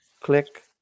Click